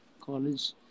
college